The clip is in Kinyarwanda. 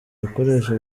bikoresho